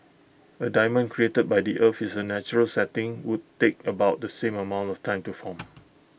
A diamond created by the earth is A natural setting would take about the same amount of time to form